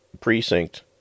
precinct